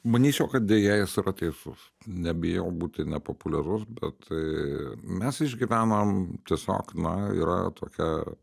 manyčiau kad deja sura teisus nebijau būti nepopuliarus bet mes išgyvenam tiesiog na yra tokia